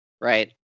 right